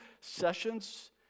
sessions